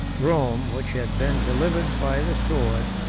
rome, which had been delivered by the sword,